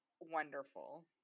wonderful